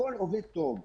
הכול עובד טוב.